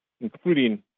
Including